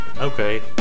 Okay